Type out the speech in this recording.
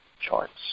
charts